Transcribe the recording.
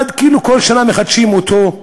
אחד, כאילו כל שנה מחדשים אותו,